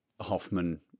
Hoffman